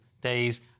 days